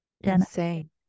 Insane